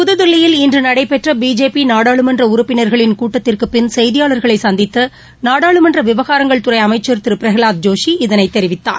புத்தில்லியில் இன்று நடைபெற்ற பிஜேபி நாடாளுமன்ற உறுப்பினா்களின் கூட்டத்திற்குப் பின் செய்தியாளர்களை சந்தித்த நாடாளுமன்ற விவகாரங்கள்துறை அமைச்சள் திரு பிரகலாத் ஜோஷி இதனைத் தெரிவித்தார்